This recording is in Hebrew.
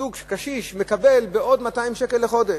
זוג קשיש מקבל עוד 200 שקל לחודש.